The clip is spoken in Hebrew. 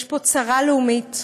יש פה צרה לאומית,